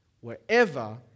wherever